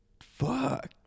Fuck